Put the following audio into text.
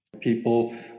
People